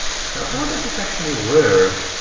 so how does it actually work?